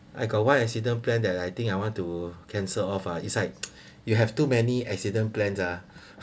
I got one accident plan that I think I want to cancel off uh it's like you have too many accident plan uh